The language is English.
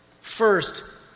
first